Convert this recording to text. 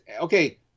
okay